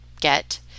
get